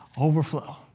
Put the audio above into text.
overflow